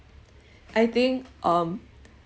I think um